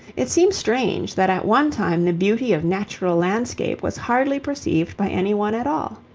it seems strange that at one time the beauty of natural landscape was hardly perceived by any one at all.